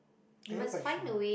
actually quite true